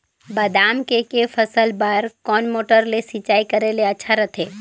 बादाम के के फसल बार कोन मोटर ले सिंचाई करे ले अच्छा रथे?